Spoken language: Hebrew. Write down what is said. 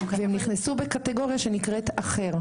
והם נכנסו בקטגוריה שנקראת "אחר".